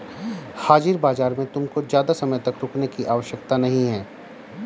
हाजिर बाजार में तुमको ज़्यादा समय तक रुकने की आवश्यकता नहीं है